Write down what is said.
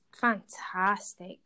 fantastic